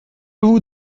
vous